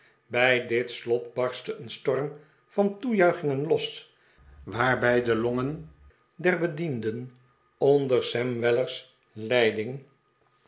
bij dit slot barstte een storm van toejuichingen los waarbij de longen der bedienden onder sam weller's leiding